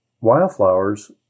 wildflowers